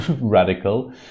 radical